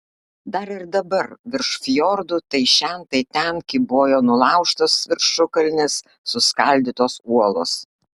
dar ir dabar virš fjordų tai šen tai ten kybojo nulaužtos viršukalnės suskaldytos uolos